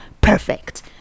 perfect